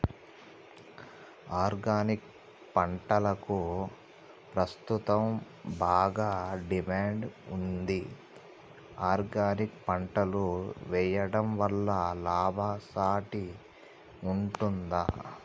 Organic పంటలకు ప్రస్తుతం బాగా డిమాండ్ ఉంది ఆర్గానిక్ పంటలు వేయడం వల్ల లాభసాటి ఉంటుందా?